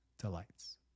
delights